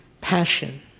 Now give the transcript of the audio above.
passion